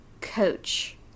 coach